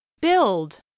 Build